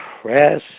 press